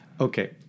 Okay